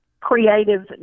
creative